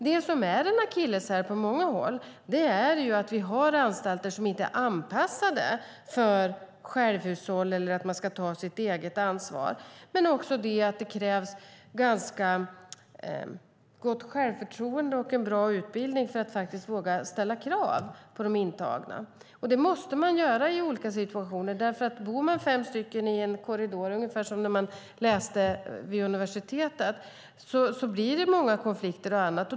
Det som är en akilleshäl på många håll är att vi har anstalter som inte är anpassade för självhushåll eller att man ska ta sitt eget ansvar men också att det krävs ganska gott självförtroende och en bra utbildning för att faktiskt våga ställa krav på de intagna. Det måste man göra i olika situationer. Bor det fem stycken i en korridor, ungefär som när man läser vid universitetet, blir det många konflikter och annat.